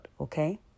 okay